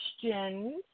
questions